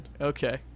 Okay